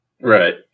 Right